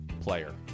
player